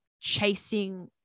chasing